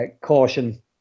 caution